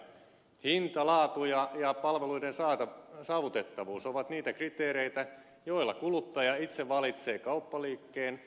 hinta laatu ja palveluiden saavutettavuus ovat niitä kriteereitä joilla kuluttaja itse valitsee kauppaliikkeen